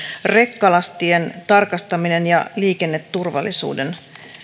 rekkalastien tarkastaminen ja liikenneturvallisuuden